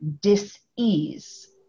dis-ease